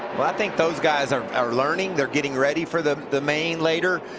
but i think those guys are are learning. they're getting ready for the the main later.